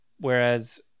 whereas